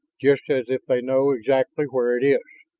just as if they know exactly where it is